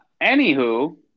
Anywho